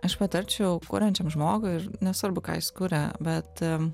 aš patarčiau kuriančiam žmogui ir nesvarbu ką jis kuria bet